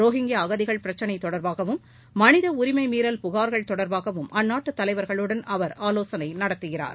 Rohingya அகதிகள் பிரச்சினை தொடர்பாகவும் மனித உரிமை மீறல் புகார்கள் தொடர்பாகவும் அந்நாட்டு தலைவர்களுடன் அவர் ஆலோசனை நடத்துகிறார்